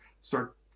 start